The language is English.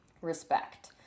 Respect